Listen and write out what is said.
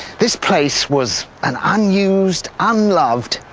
this place was an unused, unloved,